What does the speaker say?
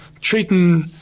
treating